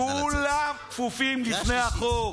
כולם כפופים לחוק.